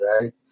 right